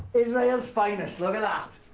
israel's finest. look at that.